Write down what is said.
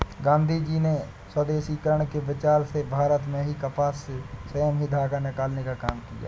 गाँधीजी ने स्वदेशीकरण के विचार से भारत में ही कपास से स्वयं ही धागा निकालने का काम किया